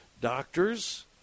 doctors